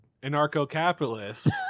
anarcho-capitalist